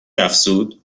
افزود